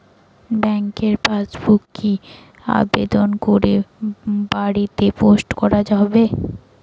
ব্যাংকের পাসবুক কি আবেদন করে বাড়িতে পোস্ট করা হবে?